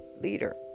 leader